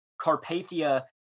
Carpathia